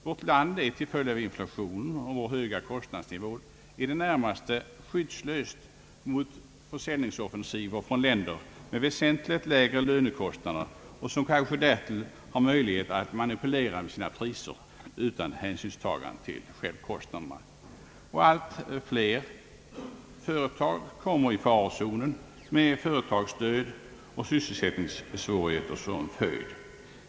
Vårt land är till följd av inflationen och vår höga kostnadsnivå i det närmaste skyddslöst mot försäljningsoffensiver från länder med väsentligt lägre kostnader och som kanske därtill har möjligheter att manipulera med sina priser utan hänsynstagande till självkostnaderna. Allt flera företag kommer i farozonen, med företagsdöd och sysselsättningssvårigheter som följd.